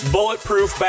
Bulletproof